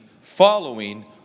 following